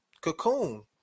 Cocoon